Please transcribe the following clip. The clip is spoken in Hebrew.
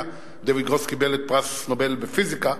דייוויד גרוס קיבל את פרס נובל בפיזיקה,